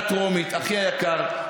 אחי היקר,